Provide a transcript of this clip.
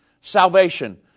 Salvation